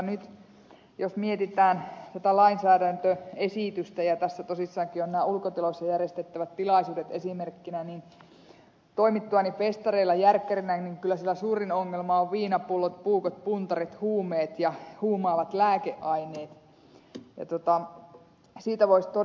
nyt jos mietitään tätä lainsäädäntöesitystä ja tässä tosissaankin on nämä ulkotiloissa järjestettävät tilaisuudet esimerkkinä niin toimittuani festareilla järkkärinä niin kyllä siellä suurin ongelma on viinapullot puukot puntarit huumeet ja huumaavat lääkeaineet